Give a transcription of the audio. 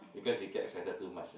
because you get excited too much